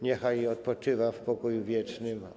Niechaj odpoczywa w pokoju wiecznym.